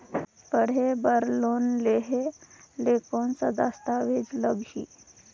पढ़े बर लोन लहे ले कौन दस्तावेज लगही?